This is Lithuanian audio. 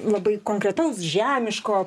labai konkretaus žemiško